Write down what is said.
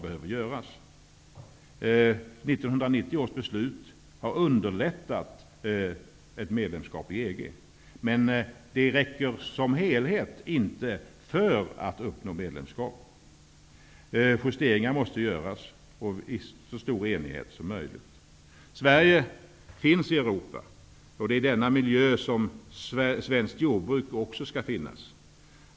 1990 års beslut kommer att underlätta ett medlemskap i EG, men det räcker som helhet inte för att uppnå medlemskap. Justeringar måste göras i så stor enighet som möjligt. Sverige finns i Europa. Det är i denna miljö som också svenskt jordbruk skall finnas.